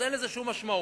אז אין לזה שום משמעות.